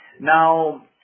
Now